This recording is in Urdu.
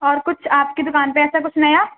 اور کچھ آپ کی دکان پہ ایسا کچھ نیا